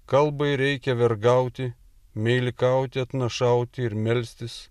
kalbai reikia vergauti meilikauti atnašauti ir melstis